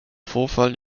vorfall